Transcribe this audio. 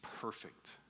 perfect